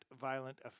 Violent